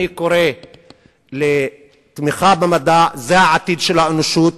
אני קורא לתמיכה במדע, זה העתיד של האנושות.